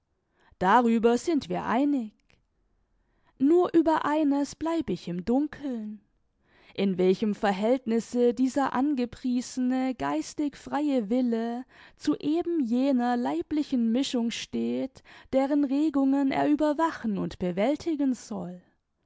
darüber sind wir einig nur über eines bleib ich im dunkeln in welchem verhältnisse dieser angepriesene geistig freie wille zu eben jener leiblichen mischung steht deren regungen er überwachen und bewältigen soll